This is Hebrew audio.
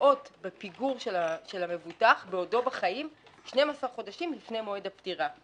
נושאות בפיגור של המבוטח בעודו בחיים 12 חודשים לפני מועד הפטירה.